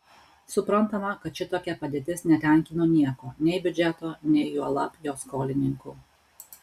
suprantama kad šitokia padėtis netenkino nieko nei biudžeto nei juolab jo skolininkų